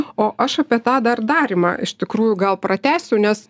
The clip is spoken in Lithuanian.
o aš apie tą dar darymą iš tikrųjų gal pratęsiu nes